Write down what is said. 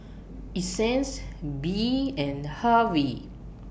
Essence Bea and Hervey